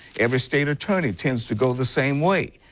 every state attorney tends to go the same way.